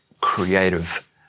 creative